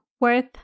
worth